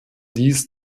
dies